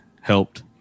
helped